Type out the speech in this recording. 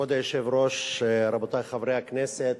כבוד היושב-ראש, רבותי חברי הכנסת,